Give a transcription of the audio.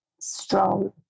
strong